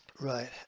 Right